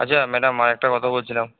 আচ্ছা ম্যাডাম আর একটা কথা বলছিলাম